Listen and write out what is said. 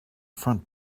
front